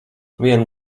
vienu